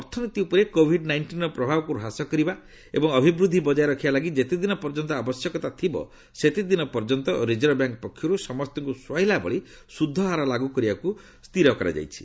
ଅର୍ଥନୀତି ଭପରେ କୋଭିଡ ନାଇଷ୍ଟିନ୍ର ପ୍ରଭାବକୁ ହ୍ରାସ କରିବା ଏବଂ ଅଭିବୃଦ୍ଧି ବଜାୟ ରଖିବା ଲାଗି ଯେତେଦିନ ପର୍ଯ୍ୟନ୍ତ ଆବଶ୍ୟକତା ଥିବ ସେତେଦିନ ପର୍ଯ୍ୟନ୍ତ ରିଜର୍ଭବ୍ୟାଙ୍କ ପକ୍ଷରୁ ସମସ୍ତଙ୍କୁ ସୁହାଇଲା ଭଳି ସୁଧହାର ଲାଗୁ କରିବାକୁ କୁହାଯାଇଛି